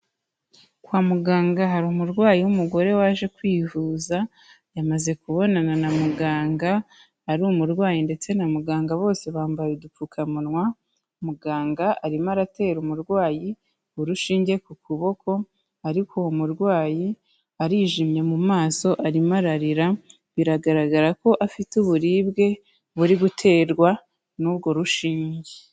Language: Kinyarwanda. Kwa muganga hari umurwayi w'umugore waje kwivuza, yamaze kubonana na muganga, ari umurwayi ndetse na muganga bose bambaye udupfukamunwa, muganga arimo aratera umurwayi urushinge ku kuboko, ariko uwo murwayi arijimye mu maso arimo ararira, biragaragara ko afite uburibwe buri guterwa n'urwo rushinge.